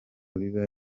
biba